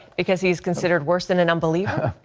because he's considered worse than an unbeliever?